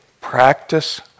practice